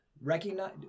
recognize